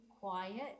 quiet